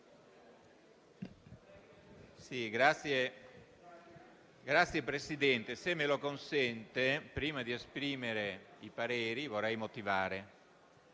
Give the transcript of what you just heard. Signor Presidente, se me lo consente, prima di esprimere i pareri, vorrei esprimere